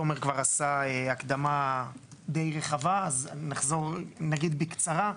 תומר כבר עשה הקדמה די רחבה, אז נגיד בקצרה.